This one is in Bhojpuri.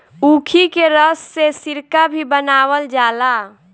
ऊखी के रस से सिरका भी बनावल जाला